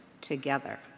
together